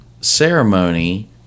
ceremony